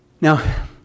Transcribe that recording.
Now